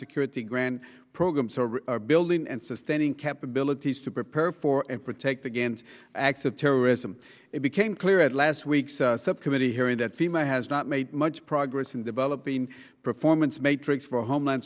security grant programs building and sustaining cap abilities to prepare for and protect against acts of terrorism it became clear at last week's subcommittee hearing that female has not made much progress in developing performance metrics for homeland